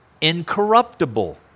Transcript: incorruptible